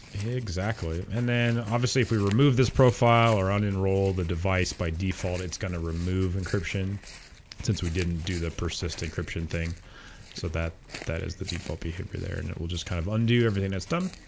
exactly and then obviously if we remove this profile or unenroll the device by default it's going to remove encryption since we didn't do the persist encryption thing so that that is the default default behavior there and it will just kind of undo everything that's done